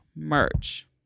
merch